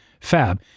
FAB